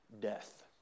death